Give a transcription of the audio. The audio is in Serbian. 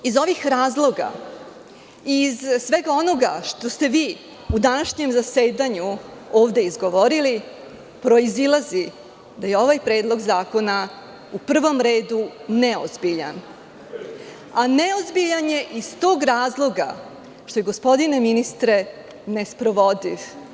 Iz ovih razloga i iz svega onoga što ste vi u današnjem zasedanju ovde izgovorili proizilazi da je ovaj predlog zakona u prvom redu neozbiljan, a neozbiljan je iz tog razloga što je, gospodine ministre, nesprovodiv.